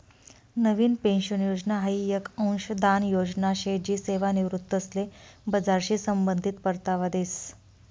नवीन pension योजना हाई येक अंशदान योजना शे जी सेवानिवृत्तीसले बजारशी संबंधित परतावा देस